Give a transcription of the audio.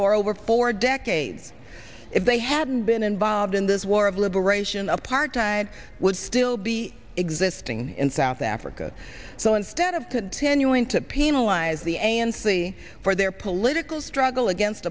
for over four decades it they hadn't been involved in this war of liberation apartheid would still be existing in south africa so instead of continuing to penalize the a n c for their political struggle against